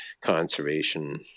conservation